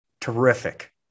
Terrific